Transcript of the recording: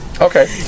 Okay